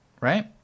right